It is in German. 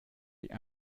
die